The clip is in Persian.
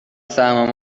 سهم